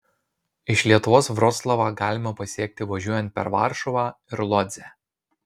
iš lietuvos vroclavą galima pasiekti važiuojant per varšuvą ir lodzę